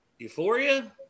Euphoria